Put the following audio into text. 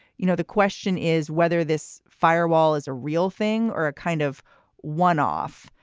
you know, the question is whether this firewall is a real thing or a kind of one off.